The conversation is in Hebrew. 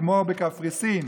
כמו בקפריסין.